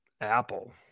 Apple